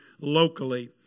locally